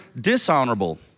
dishonorable